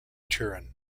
turin